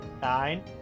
Nine